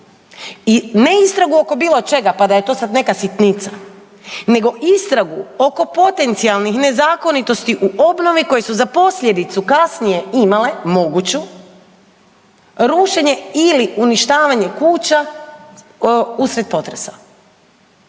I ne istragu oko bilo čega pa da je to sad neka sitnica, nego istragu oko potencijalnih nezakonitosti u obnovi koje su za posljedicu kasnije imale moguću rušenje ili uništavanje kuća usred potresa.